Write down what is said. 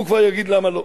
הוא כבר יגיד למה לא.